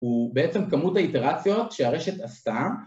הוא בעצם כמות האיטרציות שהרשת עשתה